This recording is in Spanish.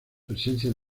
presencia